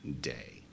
day